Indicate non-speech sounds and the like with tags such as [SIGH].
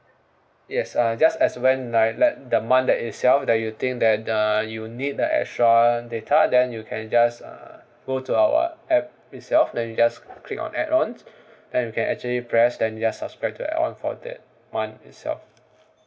yes uh just as when like let the month that itself that you think that uh you need the extra data then you can just uh go to our app itself then you just click on add on [BREATH] then you can actually press then you just subscribe to add on for that [one] itself